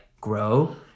grow